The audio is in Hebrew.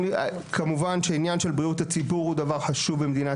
כמובן שעניין של בריאות הציבור הוא דבר חשוב במדינת